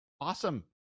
Awesome